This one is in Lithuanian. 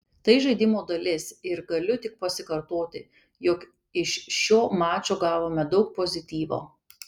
tai žaidimo dalis ir galiu tik pasikartoti jog iš šio mačo gavome daug pozityvo